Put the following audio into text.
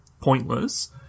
pointless